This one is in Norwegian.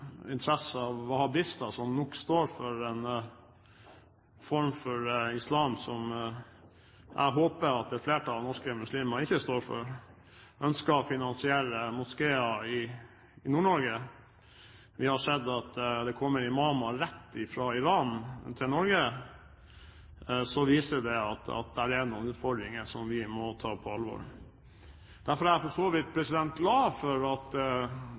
som nok står for en form for islam som jeg håper at et flertall av norske muslimer ikke står for, ønsker å finansiere moskeer i Nord-Norge. Vi har sett at det kommer imamer rett fra Iran til Norge. Det viser at det er noen utfordringer som vi må ta på alvor. Derfor er jeg for så vidt glad for at